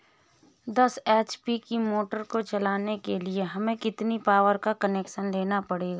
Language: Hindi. दस एच.पी की मोटर को चलाने के लिए हमें कितने पावर का कनेक्शन लेना पड़ेगा?